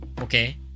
okay